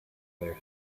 there